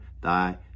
thy